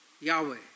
Yahweh